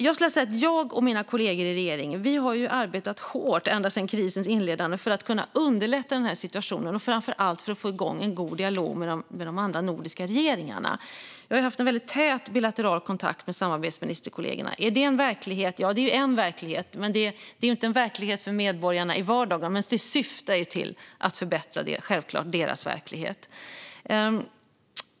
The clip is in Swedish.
Jag och mina kollegor i regeringen har arbetat hårt ända sedan krisens inledande för att kunna underlätta den här situationen och framför allt för att få igång en god dialog med de andra nordiska regeringarna. Jag har haft en väldigt tät bilateral kontakt med samarbetsministerkollegorna. Är det en verklighet? Ja, det är en verklighet, men det är inte en verklighet för medborgarna i vardagen - men det syftar självklart till att förbättra deras verklighet.